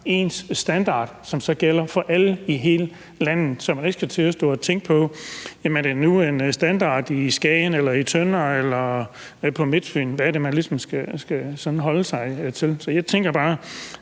ens standard, der så gælder for alle i hele landet, så man ikke skal til at stå og tænke på, om det er en standard i Skagen, i Tønder eller på Midtfyn. Altså, hvad er det, man ligesom skal forholde sig til? Vi var,